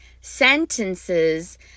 sentences